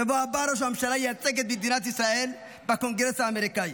בשבוע הבא ראש הממשלה ייצג את מדינת ישראל בקונגרס האמריקאי.